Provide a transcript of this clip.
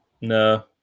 No